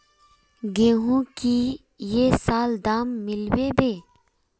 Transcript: गेंहू की ये साल दाम मिलबे बे?